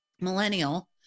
millennial